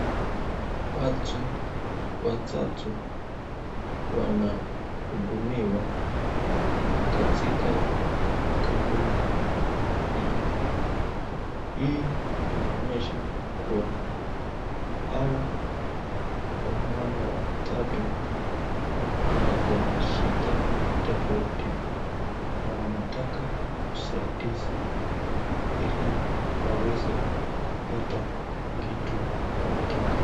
Watu watatu wanahudumiwa katika kampuni hii. Hii inaonyesha kuwa hawa wamama watatu wako na shida tofauti na wanataka usaidizi ili waweze kupata kitu wanataka.